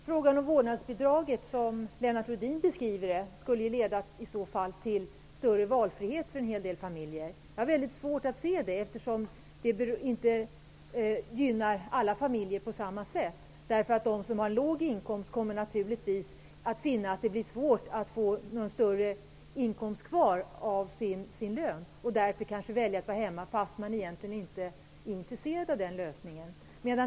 Fru talman! Vårdnadsbidraget så som Lennart Rohdin beskriver det hela skulle leda till större valfrihet för en hel del familjer. Jag har svårt att se det hela så. Det gynnar inte alla familjer på samma sätt. De som har låg inkomst kommer naturligtvis att finna att det är svårt att få något kvar av lönen, och därför väljer de att stanna hemma fast de egentligen inte är intresserade av den lösningen.